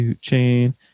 Chain